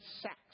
sex